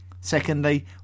Secondly